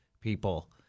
people